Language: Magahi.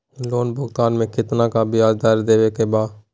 लोन भुगतान में कितना का ब्याज दर देवें के बा?